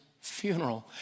funeral